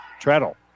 Treadle